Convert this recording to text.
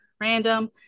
random